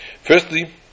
Firstly